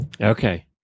Okay